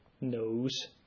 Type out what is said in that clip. knows